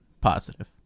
Positive